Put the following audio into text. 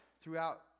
throughout